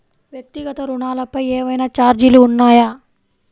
వ్యక్తిగత ఋణాలపై ఏవైనా ఛార్జీలు ఉన్నాయా?